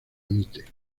emite